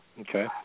Okay